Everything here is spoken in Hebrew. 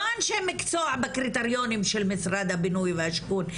לא אנשי מקצוע בקריטריונים של משרד הבינוי והשיכון,